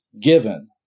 given